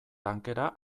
tankera